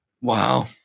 Wow